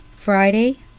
Friday